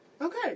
Okay